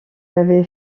avez